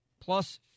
plus